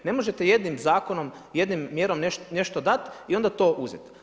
Ne možete jednim zakonom, jednom mjerom nešto dat i onda to uzet.